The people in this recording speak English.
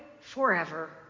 forever